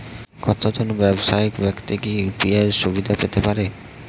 একজন ব্যাবসায়িক ব্যাক্তি কি ইউ.পি.আই সুবিধা পেতে পারে?